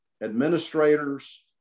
administrators